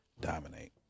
dominate